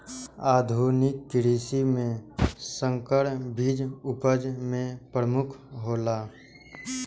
आधुनिक कृषि में संकर बीज उपज में प्रमुख हौला